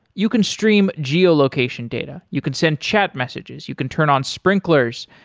you can stream geo-location data. you can send chat messages, you can turn on sprinklers,